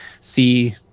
see